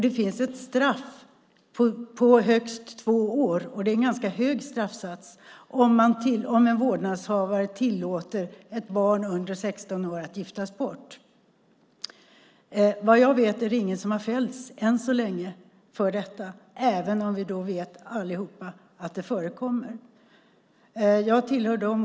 Det finns ett straff på högst två år, och det är en ganska hög straffsats, om en vårdnadshavare tillåter ett barn under 16 år att giftas bort. Vad jag vet är det ingen som har fällts än så länge för detta, även om vi allihop vet att det förekommer.